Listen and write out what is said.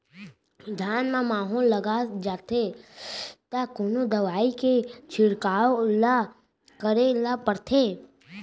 धान म माहो लग जाथे त कोन दवई के छिड़काव ल करे ल पड़थे?